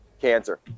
cancer